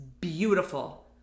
beautiful